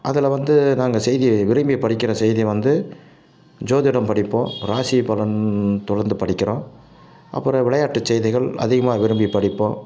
அதில் வந்து நாங்கள் செய்தியை விரும்பி படிக்கிற செய்தி வந்து ஜோதிடம் படிப்போம் ராசிபலன் தொடர்ந்து படிக்கிறோம் அப்பறம் விளையாட்டு செய்திகள் அதிகமாக விரும்பி படிப்போம்